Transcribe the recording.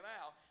out